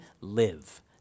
live